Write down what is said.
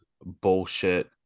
bullshit